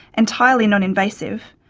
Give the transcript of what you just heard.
entirely non-invasive,